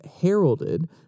heralded